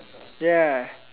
ya